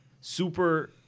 super